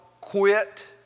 quit